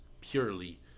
purely